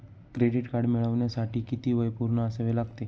Credit card मिळवण्यासाठी किती वय पूर्ण असावे लागते?